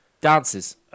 dances